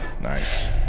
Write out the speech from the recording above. Nice